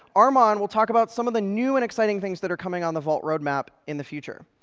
armon will talk about some of the new and exciting things that are coming on the vault roadmap in the future.